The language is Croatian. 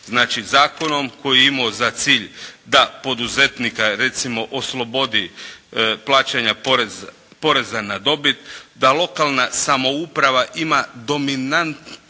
Znači zakonom koji je imao za cilj da poduzetnika recimo oslobodi plaćanja poreza na dobit, da lokalna samouprava ima dominantnu